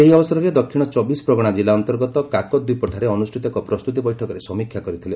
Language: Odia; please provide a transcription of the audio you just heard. ସେ ଏହି ଅବସରରେ ଦକ୍ଷିଣ ଚବିଶ ପ୍ରଗଣା ଜିଲ୍ଲା ଅନ୍ତର୍ଗତ କାକଦ୍ୱୀପଠାରେ ଅନୁଷ୍ଠିତ ଏକ ପ୍ରସ୍ତୁତି ବୈଠକରେ ସମୀକ୍ଷା କରିଥିଲେ